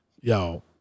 yo